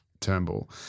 Turnbull